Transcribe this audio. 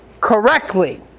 correctly